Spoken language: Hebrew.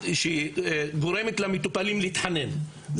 שגורמת למטופלים להתחנן.